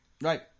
Right